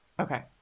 okay